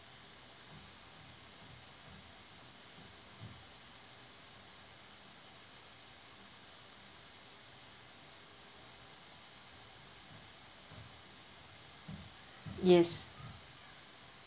yes